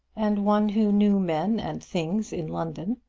and one who knew men and things in london,